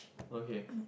okay